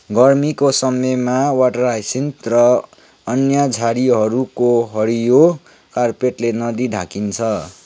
गर्मीको समयमा water hyacinth र अन्य झाडीहरूको हरियो कार्पेटले नदी ढाकिन्छ